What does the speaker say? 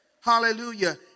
Hallelujah